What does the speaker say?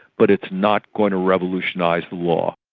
but it's not going to revolutionise law.